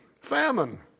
famine